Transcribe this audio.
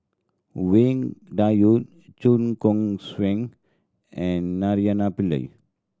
Wang Dayuan Chua Koon Siong and Naraina Pillai